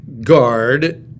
guard